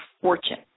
fortune